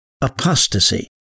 apostasy